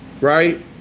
right